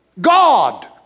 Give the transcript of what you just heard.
God